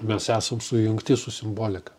mes esam sujungti su simbolika